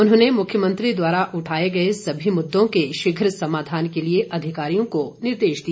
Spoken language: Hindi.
उन्होंने मुख्यमंत्री द्वारा उठाए गए सभी मुद्दों के शीघ्र समाधान के लिए अधिकारियों को निर्देश दिए